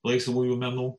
laisvųjų menų